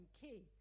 key